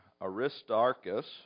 Aristarchus